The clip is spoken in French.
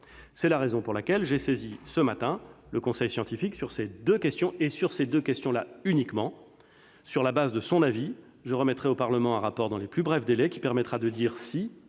C'est la raison pour laquelle j'ai saisi ce matin le conseil scientifique sur ces deux questions- et sur ces deux questions-là uniquement. Sur la base de son avis, je remettrai au Parlement un rapport dans les plus brefs délais. Il s'agit de déterminer